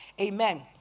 Amen